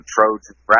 Trojan